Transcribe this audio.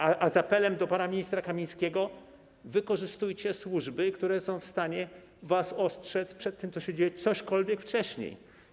A do pana ministra Kamińskiego z apelem: wykorzystujcie służby, które są w stanie was ostrzec przed tym, co się dzieje, cośkolwiek wcześniej.